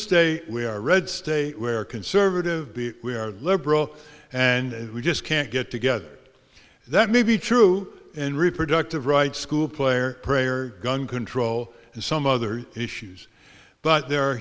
state we are red state where conservative be we are liberal and we just can't get together that may be true in reproductive rights school player prayer gun control and some other issues but there are